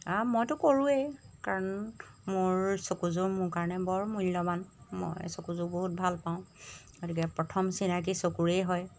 অ' মইতো কৰোৱেই কাৰণ মোৰ চকুযোৰ মোৰ কাৰণে বৰ মূল্যৱান মই চকুযোৰ বহুত ভাল পাওঁ গতিকে প্ৰথম চিনাকি চকুৰেই হয়